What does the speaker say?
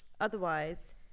Otherwise